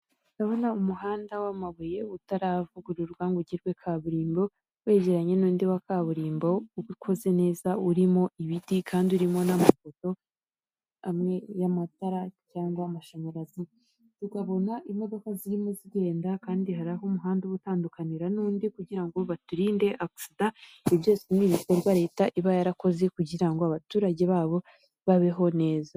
Ndabona umuhanda w'amabuye utaravugururwa ngo ugirwe kaburimbo, wegeranye n'undi wa kaburimbo uba ukoze neza urimo ibiti kandi urimo n'amapoto amwe y'amatara cyangwa amashanyarazi ukabona imodoka zirimo i zigenda kandi hariho umuhanda ubatandukanira n'undi kugira ngo baturinde akisida ibi byose ni ibikorwa leta iba yarakoze kugira ngo abaturage babo babeho neza.